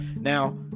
Now